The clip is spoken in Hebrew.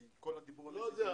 כי כל הדיבור --- לא יודע,